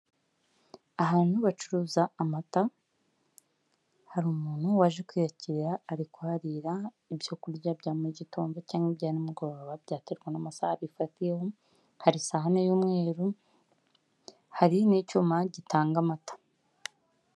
Ahantu bacuruza amata, hari umuntu waje kwiyakirara, ari kurira ibyo kurya bya mu mugitondo cyangwa ibya nimugoroba byaterwa n'amasaha yabifatiyeho, hari isahane y'umweru, hari n'icyuma gitanga amata.